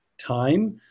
time